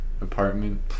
apartment